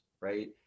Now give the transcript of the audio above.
right